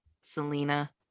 selena